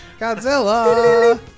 Godzilla